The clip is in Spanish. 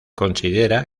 considera